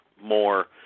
more